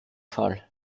fall